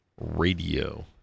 radio